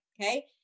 Okay